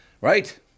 Right